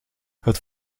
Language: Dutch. het